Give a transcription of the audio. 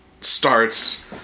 starts